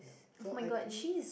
so I think